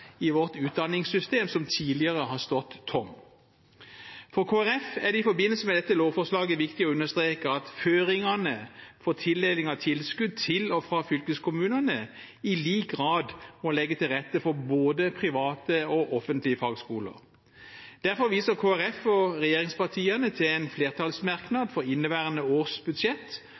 i vårt utdanningssystem som tidligere har stått tom. For Kristelig Folkeparti er det i forbindelse med dette lovforslaget viktig å understreke at en i føringene for tildeling av tilskudd til og fra fylkeskommunene i lik grad må legge til rette for både private og offentlige fagskoler. Derfor viser Kristelig Folkeparti og regjeringspartiene til en flertallsmerknad til inneværende års budsjett